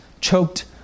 choked